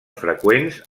freqüents